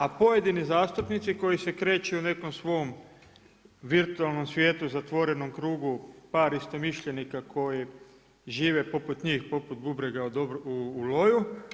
A pojedini zastupnici koji se kreću u nekom svom virtualnom svijetu, zatvorenom krugu par istomišljenika koji žive poput njih poput bubrega u loju.